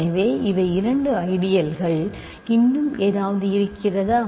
எனவே இவை இரண்டு ஐடியல்கள் ஆகும் இன்னும் ஏதாவது இருக்கிறதா